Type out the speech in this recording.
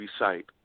recite